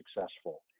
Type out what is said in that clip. successful